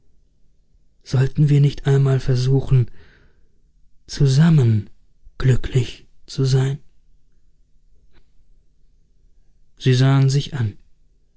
sollten wir nicht einmal versuchen zusammen glücklich zu sein sie sahen sich an